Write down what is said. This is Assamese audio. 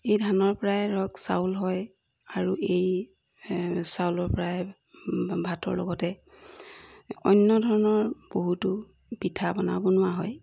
এই ধানৰপৰাই ধৰক চাউল হয় আৰু এই চাউলৰপৰাই ভাতৰ লগতে অন্য ধৰণৰ বহুতো পিঠা পনা বনোৱা হয়